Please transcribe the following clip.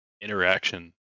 interaction